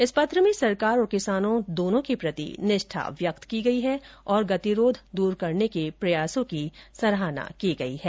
इस पत्र में सरकार और किसानों दोनों के प्रति निष्ठा व्यक्त कीगई है और गतिरोध दूर करने के प्रयासों की सराहना की गई है